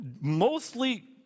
mostly